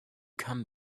come